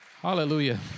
hallelujah